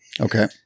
okay